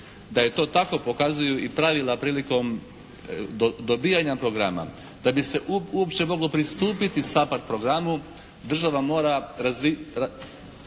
Da je to tako pokazuju i pravila prilikom dobivanja programa. Da bi se uopće moglo pristupiti SAPHARD programu država mora ponuditi,